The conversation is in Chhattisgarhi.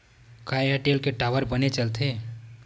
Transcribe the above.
का एयरटेल के टावर बने चलथे?